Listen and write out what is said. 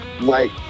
Mike